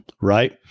right